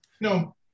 No